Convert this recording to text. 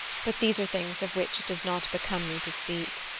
but these are things of which it does not become me to speak.